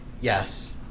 Yes